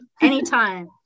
anytime